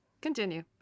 Continue